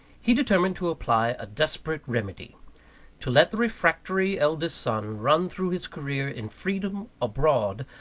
he determined to apply a desperate remedy to let the refractory eldest son run through his career in freedom, abroad,